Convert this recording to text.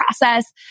process